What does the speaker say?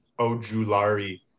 Ojulari